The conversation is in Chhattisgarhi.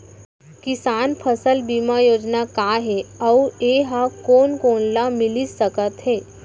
किसान फसल बीमा योजना का हे अऊ ए हा कोन कोन ला मिलिस सकत हे?